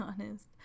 honest